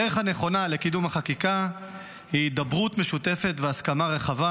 הדרך הנכונה לקידום החקיקה היא הידברות משותפת והסכמה רחבה